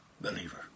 believer